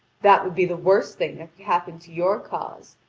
that would be the worst thing that could happen to your cause,